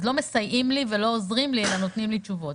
אז לא מסייעים לי ולא עוזרים לי אלא עונים לי תשובות.